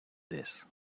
this